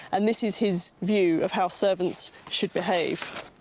and this is his view of how servants should behave.